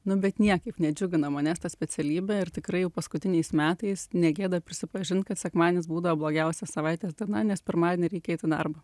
nu bet niekaip nedžiugino manęs ta specialybė ir tikrai paskutiniais metais ne gėda prisipažint kad sekmadienis būdavo blogiausia savaitės diena nes pirmadienį reikia eiti į darbą